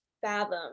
fathom